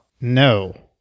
No